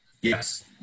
Yes